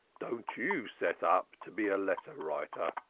don't you set up to be a letter writer.